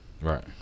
Right